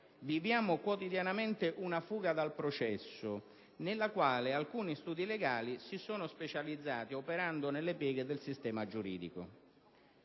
viviamo quotidianamente una fuga dal processo nella quale alcuni studi legali si sono specializzati operando nelle pieghe del sistema giuridico.